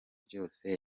byose